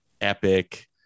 epic